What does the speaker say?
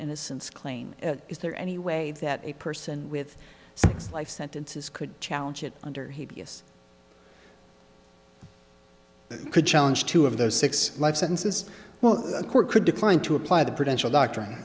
innocence claim is there any way that a person with six life sentences could challenge it under he could challenge two of those six life sentences well the court could decline to apply the prudential doctrine